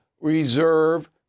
reserve